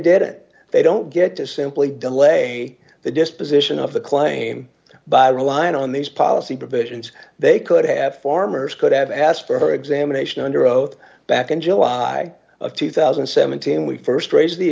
did it they don't get to simply delay the disposition of the claim by relying on these policy provisions they could have farmers could have asked for examination under oath back in july of two thousand and seventeen we st raised the